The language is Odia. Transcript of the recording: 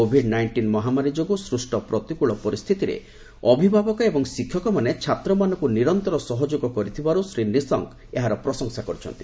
କୋଭିଡ ନାଇଣ୍ଟିନ ମହାମାରୀ ଯୋଗୁଁ ସୃଷ୍ଟ ପ୍ରତିକୃଳ ପରିସ୍ଥିତିରେ ଅଭିଭାବକ ଏବଂ ଶିକ୍ଷକମାନେ ଛାତ୍ରମାନଙ୍କୁ ନିରନ୍ତର ସହଯୋଗ କରିଥିବାରୁ ଶ୍ରୀ ନିଶଙ୍କ ଏହାର ପ୍ରଶଂସା କରିଛନ୍ତି